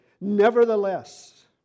Nevertheless